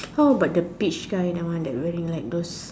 how about the peach guy the guy wearing like those